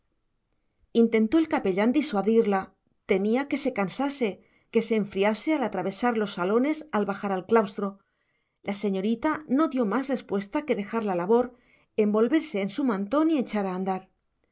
intentó el capellán disuadirla temía que se cansase que se enfriase al atravesar los salones al bajar al claustro la señorita no dio más respuesta que dejar la labor envolverse en su mantón y echar a andar